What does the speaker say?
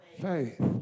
faith